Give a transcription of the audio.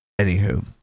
Anywho